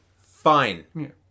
fine